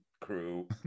crew